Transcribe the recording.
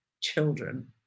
children